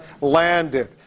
landed